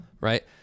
right